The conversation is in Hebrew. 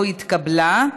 לא נתקבלה.